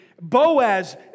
Boaz